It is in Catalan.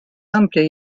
àmplia